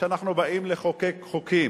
כשאנחנו באים לחוקק חוקים,